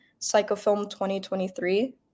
Psychofilm2023